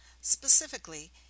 Specifically